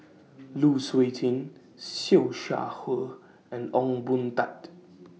Lu Suitin Siew Shaw Her and Ong Boon Tat